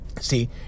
see